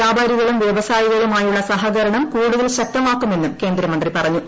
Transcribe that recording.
വ്യാപായികളും വ്യവസായികളുമായുള്ള സഹകരണം കൂടുതൽ ശക്തമാക്കുമെന്നൂകുക്കേന്ദ്രമന്ത്രി പറഞ്ഞു